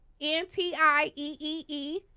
N-T-I-E-E-E